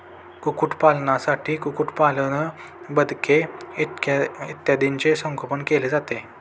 कुक्कुटपालनाखाली कुक्कुटपालन, बदके इत्यादींचे संगोपन केले जाते